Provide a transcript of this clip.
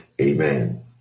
Amen